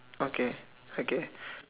okay okay